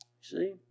See